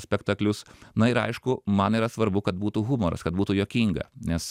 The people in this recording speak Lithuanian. spektaklius na ir aišku man yra svarbu kad būtų humoras kad būtų juokinga nes